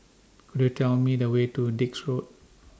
Could YOU Tell Me The Way to Dix Road